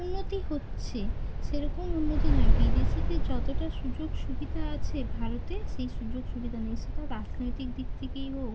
উন্নতি হচ্ছে সেরকম উন্নতি নয় বিদেশিদের যতটা সুযোগ সুবিধা আছে ভারতে সেই সুযোগ সুবিধা নেই সেটা রাজনৈতিক দিক থেকেই হোক